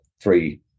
three